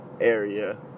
area